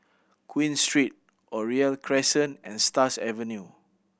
Queen Street Oriole Crescent and Stars Avenue